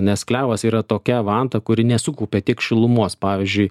nes klevas yra tokia vanta kuri nesukaupia tiek šilumos pavyzdžiui